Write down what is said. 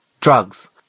drugs